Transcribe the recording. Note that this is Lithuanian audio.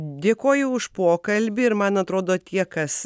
dėkoju už pokalbį ir man atrodo tie kas